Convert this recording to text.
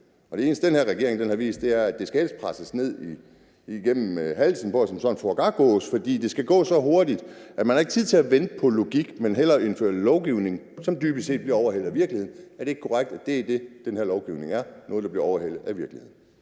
og det eneste, den her regering har vist, er, at det helst skal presses ned igennem halsen på os som sådan nogle foie gras-gæs, fordi det skal gå så hurtigt, at man ikke har tid til at vente på logik, men hellere indføre lovgivning, som dybest set bliver overhalet af virkeligheden. Er det ikke korrekt, at det er det, den her lovgivning er: noget, der bliver overhalet af virkeligheden?